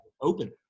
open